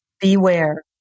Beware